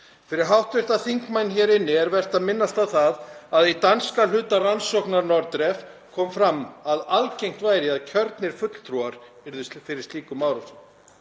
Fyrir hv. þingmenn hér inni er vert að minnast á það að í danska hluta rannsóknar NORDREF kom fram að algengt væri að kjörnir fulltrúar yrðu fyrir slíkum árásum.